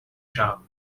shop